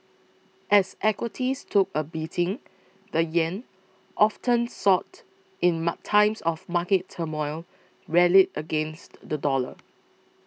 as equities took a beating the yen often sought in mart times of market turmoil rallied against the dollar